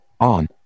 on